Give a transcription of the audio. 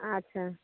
ଆଚ୍ଛା